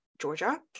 Georgia